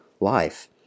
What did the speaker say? life